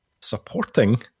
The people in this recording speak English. supporting